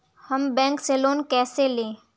हम बैंक से लोन कैसे लें?